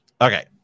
okay